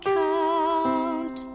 count